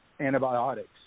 antibiotics